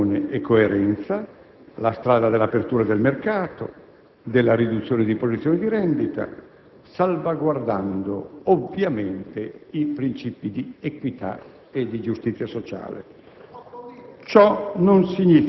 con determinazione e coerenza, la strada dell'apertura del mercato, della riduzione delle posizioni di rendita, salvaguardando, ovviamente, i principi di equità e di giustizia sociale.